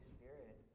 Spirit